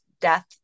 death